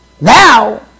Now